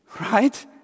Right